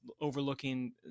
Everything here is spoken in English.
overlooking